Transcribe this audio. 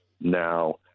now